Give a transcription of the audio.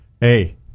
hey